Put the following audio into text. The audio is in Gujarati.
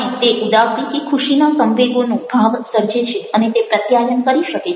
અને તે ઉદાસી કે ખુશીના સંવેગોનો ભાવ સર્જે છે અને તે પ્રત્યાયન કરી શકે છે